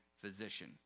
physician